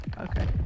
Okay